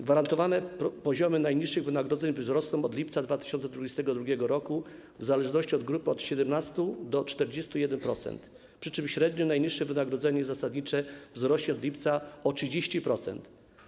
Gwarantowane poziomy najniższych wynagrodzeń wzrosną od lipca 2022 r. w zależności od grupy od 17% do 41%, przy czym średnio najniższe wynagrodzenie zasadnicze wzrośnie od lipca o 30%.